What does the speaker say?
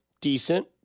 decent